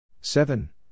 Seven